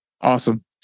Awesome